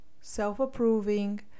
self-approving